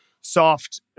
soft